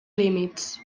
límits